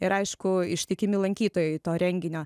ir aišku ištikimi lankytojai to renginio